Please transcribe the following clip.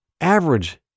Average